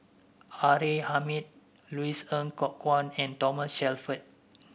R A Hamid Louis Ng Kok Kwang and Thomas Shelford